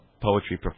poetry